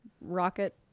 Rocket